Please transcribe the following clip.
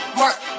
work